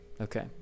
okay